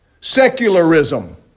Secularism